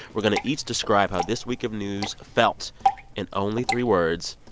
we're going to each describe how this week of news felt in only three words.